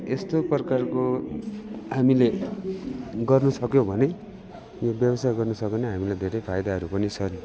यस्तो प्रकारको हामीले गर्नुसक्यौँ भने यो व्यवसाय गर्नु सक्यो भने हामीलाई धेरै फाइदाहरू पनि छन्